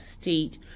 state